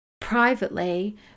privately